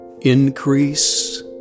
Increase